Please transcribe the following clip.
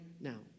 now